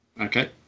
okay